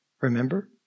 remember